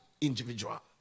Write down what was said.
individual